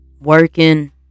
working